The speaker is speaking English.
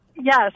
yes